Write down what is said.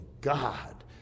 God